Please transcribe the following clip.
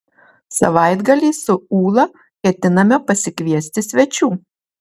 savaitgalį su ūla ketiname pasikviesti svečių